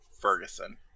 Ferguson